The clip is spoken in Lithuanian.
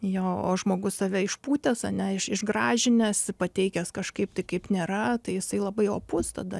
jo o žmogus save išpūtęs ane iš išgrąžinęs pateikęs kažkaip tai kaip nėra tai jisai labai opus tada